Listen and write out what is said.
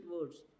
words